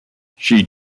she